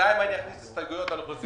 בינתיים אני אכניס הסתייגויות על אוכלוסיות